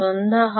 সন্ধ্যা হয়